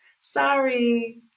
sorry